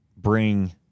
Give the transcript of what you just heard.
Bring